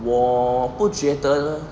我不觉得